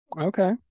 Okay